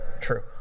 true